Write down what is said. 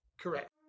Correct